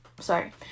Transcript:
Sorry